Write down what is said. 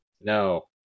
No